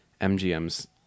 MGM's